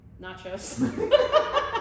Nachos